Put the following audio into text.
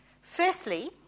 Firstly